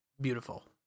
beautiful